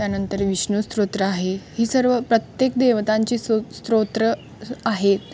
त्यानंतर विष्णुस्तोत्र आहे ही सर्व प्रत्येक देवतांची सो स्तोत्र आहेत